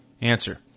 Answer